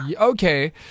Okay